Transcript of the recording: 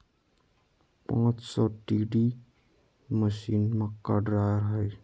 पांच सौ TD machine, मक्का ड्रायर हइ